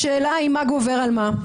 השאלה היא מה גובר על מה.